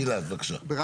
גלעד, בבקשה.